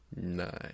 nice